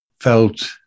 felt